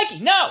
no